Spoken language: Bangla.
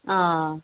ও